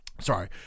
sorry